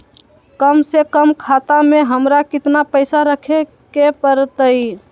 कम से कम खाता में हमरा कितना पैसा रखे के परतई?